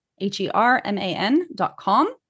h-e-r-m-a-n.com